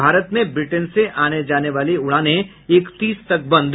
भारत में ब्रिटेन से आने जाने वाली उड़ाने इकतीस तक बंद